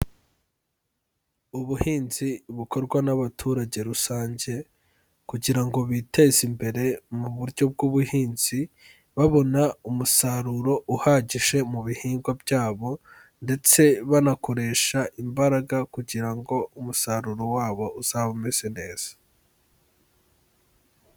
Ubuhinzi bukorwa n'abaturage rusange, kugira ngo biteze imbere mu buryo bw'ubuhinzi, babona umusaruro uhagije mu bihingwa byabo, ndetse banakoresha imbaraga kugira ngo umusaruro wabo uzaba umeze neza.